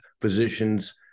physicians